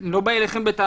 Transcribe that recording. אני לא בא אליכם בטענות,